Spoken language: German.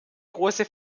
große